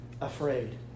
afraid